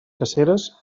caceres